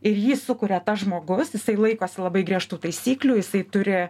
ir jį sukuria tas žmogus jisai laikosi labai griežtų taisyklių jisai turi